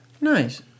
Nice